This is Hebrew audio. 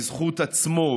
בזכות עצמו,